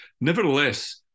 Nevertheless